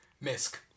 Misc